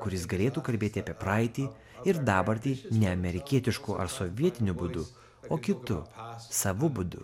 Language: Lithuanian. kuris galėtų kalbėti apie praeitį ir dabartį ne amerikietišku ar sovietiniu būdu o kitu savu būdu